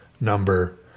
number